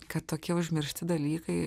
kad tokie užmiršti dalykai